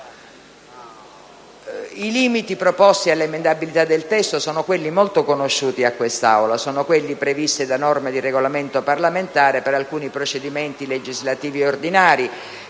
I limiti proposti all'emendabilità del testo sono molto conosciuti a quest'Aula e sono quelli previsti da norme di Regolamento parlamentare per alcuni procedimenti legislativi ordinari,